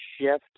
shift